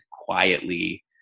quietly